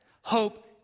hope